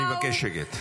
אני מבקש שקט.